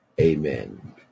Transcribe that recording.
amen